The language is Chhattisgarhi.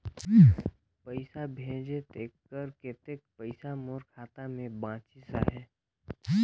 पइसा भेजे तेकर कतेक पइसा मोर खाता मे बाचिस आहाय?